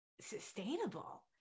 sustainable